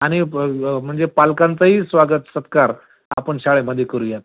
आणि प् म्हणजे पालकांचाही स्वागत सत्कार आपण शाळेमध्ये करूयात